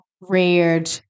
reared –